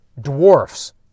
dwarfs